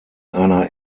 einer